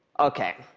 okay.